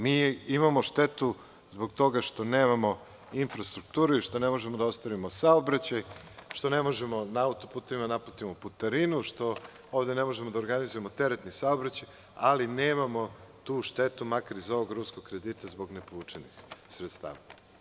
Mi imamo štetu zbog toga što nemamo infrastrukturu i što ne možemo da ostvarimo saobraćaj, što ne možemo na autoputevima da naplatimo putarinu, što ovde ne možemo da organizujemo teretni saobraćaj, ali nemamo tu štetu makar iz ovog ruskog kredita zbog nepovučenih sredstava.